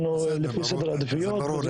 אנחנו לפי סדר עדיפויות.